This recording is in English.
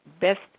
best